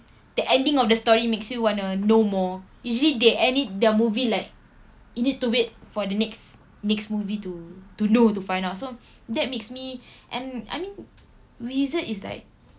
the ending of the story makes you wanna know more usually they end it the movie like you need to wait for the next next movie to to know to find out so that makes me and I mean wizard is like